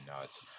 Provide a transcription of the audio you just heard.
nuts